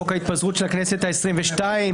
חוק ההתפזרות של הכנסת העשרים-ושתיים,